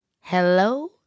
hello